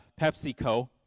PepsiCo